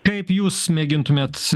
kaip jūs mėgintumėt